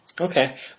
Okay